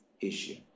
issue